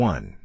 one